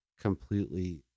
completely